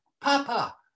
Papa